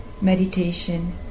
meditation